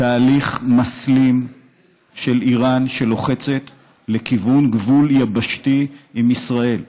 תהליך מסלים שבו איראן לוחצת לכיוון גבול יבשתי עם ישראל,